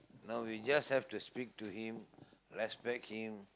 no we just have to speak to him respect him